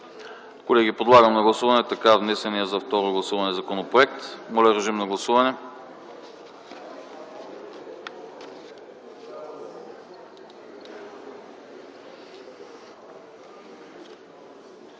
Колеги, подлагам на гласуване така внесения за второ гласуване законопроект. Гласували